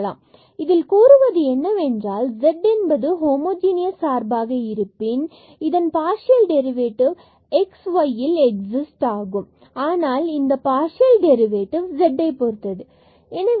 இதில் கூறுவது என்னவென்றால் z என்பது ஹோமோஜனியஸ் சார்பாக இருப்பின் மற்றும் இதன் partial derivative x and y ல் எக்ஸிஸ்ட் ஆனால் பின்பு இந்த பார்சியல் டெரிவேட்டிவ் z பொறுத்தது ஆகும்